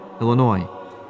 Illinois